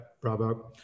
bravo